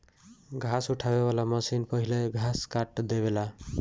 घास उठावे वाली मशीन पहिले घास काट देवेला